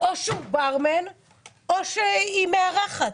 או שהוא ברמן או שהיא מארחת.